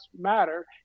Matter